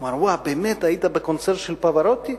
הוא אמר: או-אה, באמת היית בקונצרט של פברוטי?